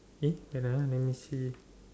eh another let me see